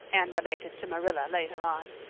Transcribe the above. anne related to marilla later on.